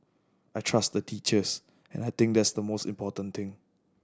I trust the teachers and I think that's the most important thing